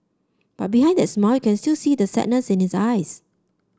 but behind that smile can still see the sadness in his eyes